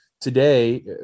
today